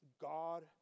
God